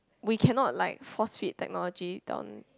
we cannot like force feed technology down